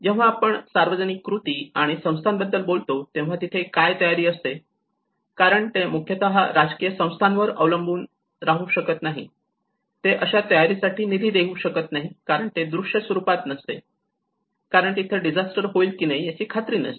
जेव्हा आपण सार्वजनिक कृती आणि संस्थांबद्दल बोलतो तेव्हा तिथे काय तयारी असते कारण ते मुख्यतः राजकीय संस्थांवर अवलंबून राहू शकत नाही ते अशा तयारीसाठी निधी देऊ शकत नाही कारण ते दृश्य स्वरूपात नसते कारण तिथे डिझास्टर होईल की नाही याची खात्री नसते